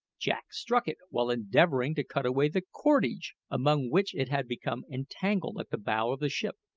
jack struck it while endeavouring to cut away the cordage among which it had become entangled at the bow of the ship.